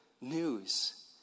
news